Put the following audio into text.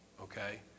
okay